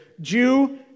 Jew